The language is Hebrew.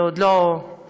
ועוד לא היה,